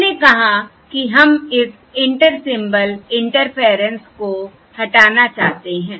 हमने कहा कि हम इस इंटर सिंबल इंटरफेयरेंस को हटाना चाहते हैं